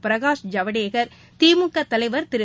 பிரனஷ் ஜவ்டேகா் திமுகதலைவா் திரு